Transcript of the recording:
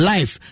Life